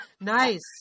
Nice